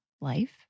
life